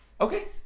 Okay